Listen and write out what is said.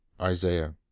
Isaiah